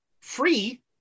free